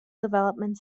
development